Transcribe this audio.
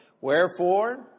Wherefore